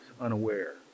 unaware